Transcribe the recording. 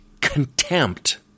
contempt